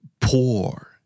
Poor